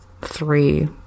three